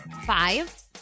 Five